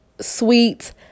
sweet